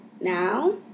now